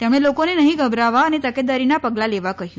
તેમણે લોકોને નહીં ગભરાવા અને તકેદારીના પગલા લેવા કહ્યું